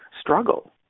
struggle